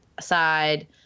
side